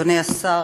אדוני השר,